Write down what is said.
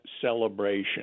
celebration